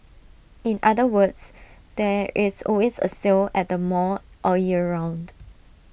in other words there is always A sale at the mall all year round